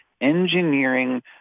engineering